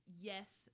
Yes